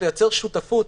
לייצר שותפות